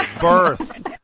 birth